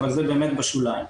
אבל זה באמת בשוליים.